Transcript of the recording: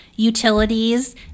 utilities